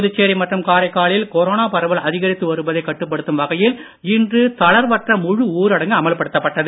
புதுச்சேரி மற்றும் காரைக்காலில் கொரோனா பரவல் அதிகரித்து வருவதை கட்டுப்படுத்தும் வகையில் இன்று தளர்வற்ற முழு ஊரடங்கு அமல்படுத்தப்பட்டது